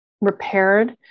repaired